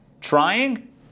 trying